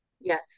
Yes